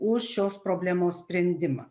už šios problemos sprendimą